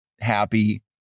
happy